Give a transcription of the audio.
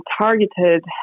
targeted